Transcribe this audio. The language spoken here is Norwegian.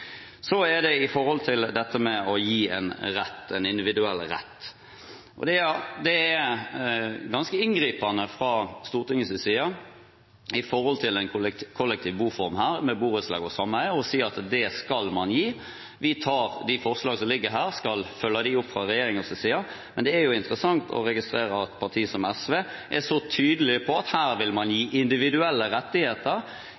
det gjelder dette med å gi en individuell rett, er det ganske inngripende fra Stortingets side overfor en kollektiv boform med borettslag og sameie å si at det skal man gi. Vi tar forslagene som ligger her, og skal følge dem opp fra regjeringens side. Men det er interessant å registrere at et parti som SV er så tydelig på at man vil